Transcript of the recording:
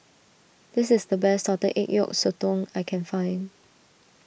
this is the best Salted Egg Yolk Sotong I can find